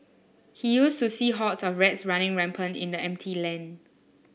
he used to see hordes of rats running rampant in the empty land